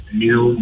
new